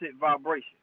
vibration